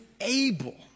able